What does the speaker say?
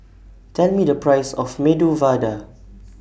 Tell Me The Price of Medu Vada